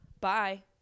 Bye